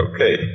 Okay